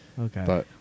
Okay